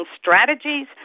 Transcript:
strategies